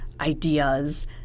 ideas